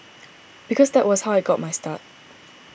because that was how I got my start